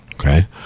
okay